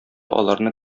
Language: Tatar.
аларны